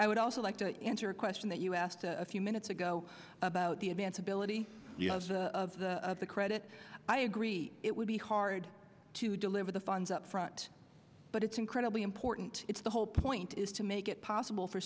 i would also like to answer a question that you asked a few minutes ago about the advance ability of the credit i agree it would be hard to deliver the funds up front but it's incredibly important it's the whole point is to make it possible for